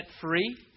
free